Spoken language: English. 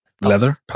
leather